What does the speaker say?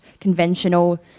conventional